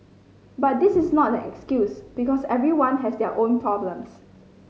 but this is not an excuse because everyone has their own problems